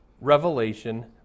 Revelation